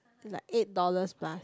like eight dollars plus